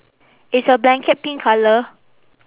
is your blanket pink colour